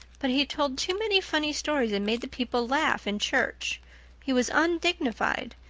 but he told too many funny stories and made the people laugh in church he was undignified,